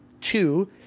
Two